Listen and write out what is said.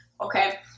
Okay